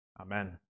Amen